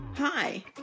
Hi